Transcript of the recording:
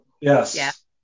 Yes